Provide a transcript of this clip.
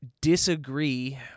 disagree